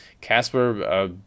Casper